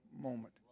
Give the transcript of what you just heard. moment